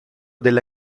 della